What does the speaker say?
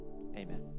Amen